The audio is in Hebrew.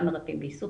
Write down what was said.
גם מרפאים בעיסוק,